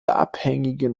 abhängigen